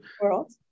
world